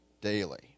daily